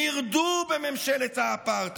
מרדו בממשלת האפרטהייד.